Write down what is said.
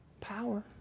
power